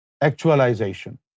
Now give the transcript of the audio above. actualization